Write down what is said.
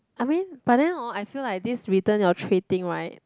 I mean but then hor I feel like this return your tray thing right